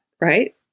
right